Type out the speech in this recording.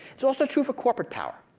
it's also true for corporate power.